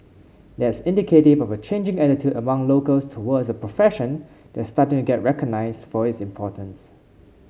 that's indicative of a changing attitude among locals towards a profession that's starting to get recognised for its importance